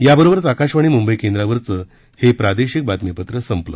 याबरोबरच आकाशवाणी मुंबई केंद्रावरचं हे प्रादेशिक बातमीपत्र संपलं